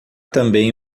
também